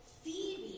Phoebe